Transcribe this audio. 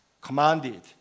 commanded